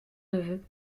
neveu